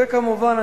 כמובן.